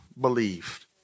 believed